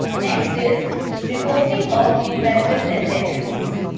next is reporting of imperative sentences.